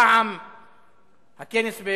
פעם הכנסת